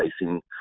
facing